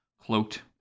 cloaked